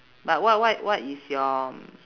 but what what what is your